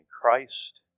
Christ